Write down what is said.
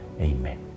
Amen